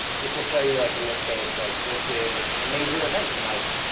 this will show you like in this case, like this is a major event for nike.